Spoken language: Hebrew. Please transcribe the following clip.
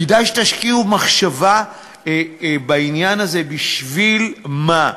כדאי שתשקיעו מחשבה בעניין הזה, בשביל מה?